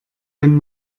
wenn